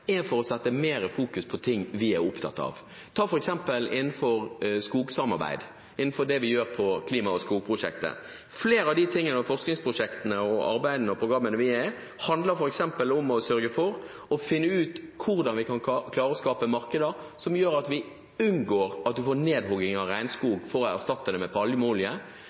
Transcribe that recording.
vi gjør på klima- og skogprosjekter. Flere av de forskningsprosjektene og arbeidet med de programmene vi er i, handler f.eks. om å sørge for å finne ut hvordan vi kan klare å skape markeder som gjør at vi unngår å få nedhogging av regnskog for å erstatte denne med produksjon av palmeolje.